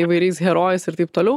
įvairiais herojais ir taip toliau